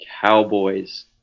Cowboys